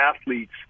athletes